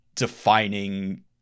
defining